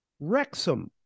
Wrexham